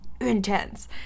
intense